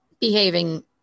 behaving